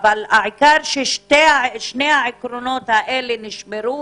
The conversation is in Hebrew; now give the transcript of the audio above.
העיקר ששני העקרונות הללו נשמרו.